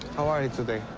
how are you today?